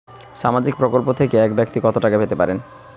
সামাজিক প্রকল্প থেকে এক ব্যাক্তি কত টাকা পেতে পারেন?